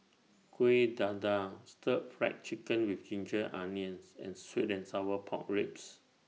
Kuih Dadar Stir Fried Chicken with Ginger Onions and Sweet and Sour Pork Ribs